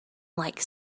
like